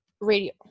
radio